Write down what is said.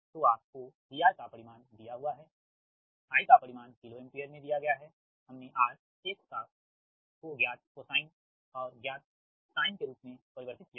तोआपके VR का परिमाण दिया हुआ है के I का परिमाण किलो एम्पीयर में दिया गया है हमने R X को ज्ञात कोसाइन और ज्ञात साइन के रूप में परिवर्तित किया है